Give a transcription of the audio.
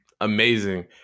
amazing